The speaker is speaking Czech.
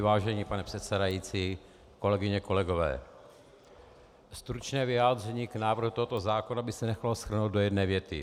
Vážený pane předsedající, kolegyně, kolegové, stručné vyjádření k návrhu tohoto zákona by se nechalo shrnout do jedné věty.